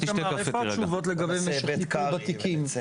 איתמר, איפה התשובות לגבי משך הטיפול בתיקים?